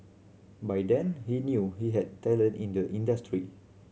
by then he knew he had talent in the industry